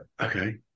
okay